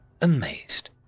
amazed